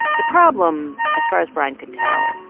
the problem, as far as brian could tell,